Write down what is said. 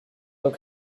look